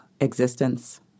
existence